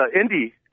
Indy